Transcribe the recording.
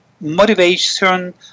motivation